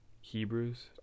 Hebrews